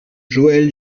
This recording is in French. joël